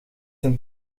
een